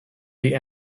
the